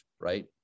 right